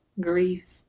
grief